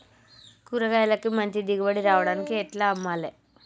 కూరగాయలకు మంచి దిగుబడి రావడానికి ఎట్ల అమ్మాలే?